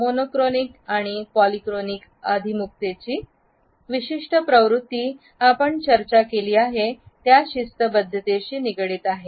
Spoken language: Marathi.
मोनोक्रॉनिक आणि पॉलीक्रॉनिक अभिमुखतेची विशिष्ट प्रवृत्ती आपण चर्चा केली आहे त्या शिस्तबद्धतेशी निगडित आहे